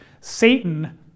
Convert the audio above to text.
Satan